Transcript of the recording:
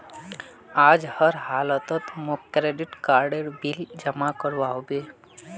आज हर हालौत मौक क्रेडिट कार्डेर बिल जमा करवा होबे